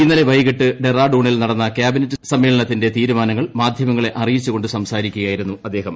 ഇന്നലെ വൈകിട്ട് ഡെറാഡൂണിൽ നടന്ന കൃാബിനറ്റ് സമ്മേളനത്തിന്റെ തീരുമാനങ്ങൾ മാധ്യമങ്ങളെ അറിയിച്ചുകൊണ്ട് സംസാരിക്കുകയായിരുന്നു അദ്ദേഹം